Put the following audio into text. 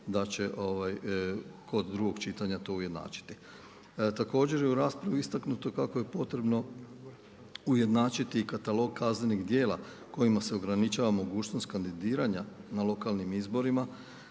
da će kod drugog čitanja to ujednačiti. Također je u raspravi istaknuto kako je potrebno ujednačiti i katalog kaznenih djela kojima se ograničava mogućnost kandidiranja na lokalnim izborima